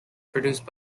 produced